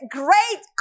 great